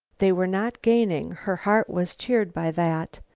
they were not gaining her heart was cheered by that.